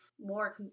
more